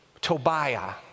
Tobiah